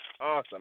Awesome